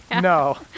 No